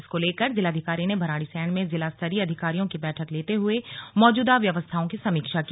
इसको लेकर जिलाधिकारी ने भराड़ीसैंण में जिला स्तरीय अधिकारियों की बैठक लेते हुए मौजूदा व्यवस्थाओं की समीक्षा की